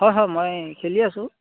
হয় হয় মই খেলি আছোঁ